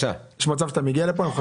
כשאנחנו בנינו את תקציב הבסיס,